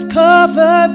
cover